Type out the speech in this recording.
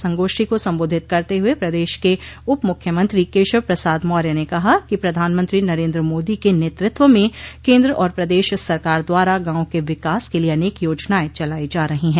संगोष्ठी को संबोधित करते हुए प्रदेश के उप मुख्यमंत्री केशव प्रसाद मौर्य ने कहा कि प्रधानमंत्री नरेन्द्र मोदी के नेतृत्व में केन्द्र और प्रदश सरकार द्वारा गांवों के विकास के लिये अनेक योजनाएं चलाई जा रही है